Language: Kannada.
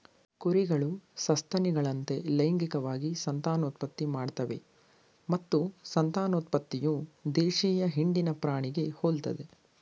ಕುರಿಗಳು ಸಸ್ತನಿಗಳಂತೆ ಲೈಂಗಿಕವಾಗಿ ಸಂತಾನೋತ್ಪತ್ತಿ ಮಾಡ್ತವೆ ಮತ್ತು ಸಂತಾನೋತ್ಪತ್ತಿಯು ದೇಶೀಯ ಹಿಂಡಿನ ಪ್ರಾಣಿಗೆ ಹೋಲ್ತದೆ